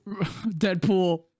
Deadpool